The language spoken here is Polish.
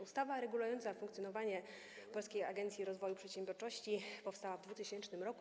Ustawa regulująca funkcjonowanie Polskiej Agencji Rozwoju Przedsiębiorczości powstała w 2000 r.